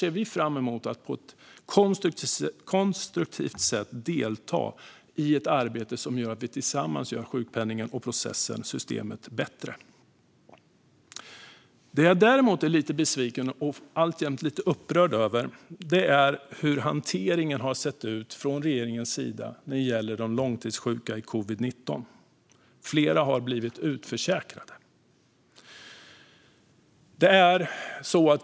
Vi ser fram emot att på ett konstruktivt delta i ett arbete som gör att vi tillsammans gör sjukpenningen och systemet bättre. Vad jag däremot är lite besviken och alltjämt lite upprörd över är hur hanteringen från regeringens sida har sett ut när det gäller de långtidssjuka i covid-19. Flera har blivit utförsäkrade.